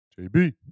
JB